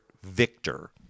Victor